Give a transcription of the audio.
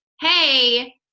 hey